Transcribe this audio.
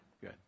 Good